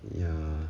ya